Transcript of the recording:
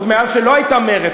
עוד מאז שלא הייתה מרצ,